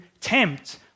tempt